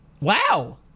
Wow